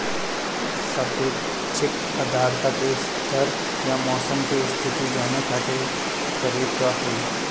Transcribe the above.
सापेक्षिक आद्रता के स्तर या मौसम के स्थिति जाने खातिर करे के होई?